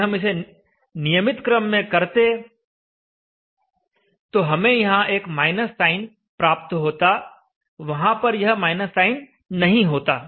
यदि इसे हम नियमित क्रम में करते तो हमें यहां एक माइनस साइन प्राप्त होता वहां पर यह माइनस साइन नहीं होता